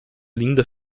linda